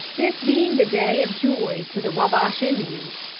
this being the day of joy to the wabash indians,